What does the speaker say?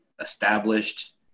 established